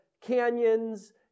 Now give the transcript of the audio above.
canyons